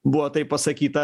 buvo taip pasakyta